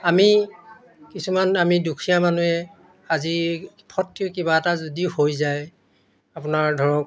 আমি কিছুমান আমি দুখীয়া মানুহে আজি ফটকৈ কিবা এটা যদি হৈ যায় আপোনাৰ ধৰক